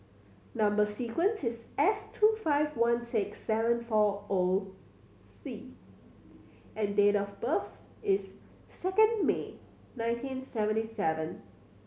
number sequence is S two five one six seven four O C and date of birth is second May nineteen seventy seven